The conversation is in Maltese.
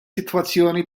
sitwazzjoni